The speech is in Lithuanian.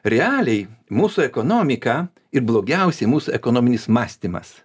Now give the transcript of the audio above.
realiai mūsų ekonomika ir blogiausiai mūsų ekonominis mąstymas